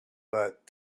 but